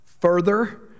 further